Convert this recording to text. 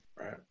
Right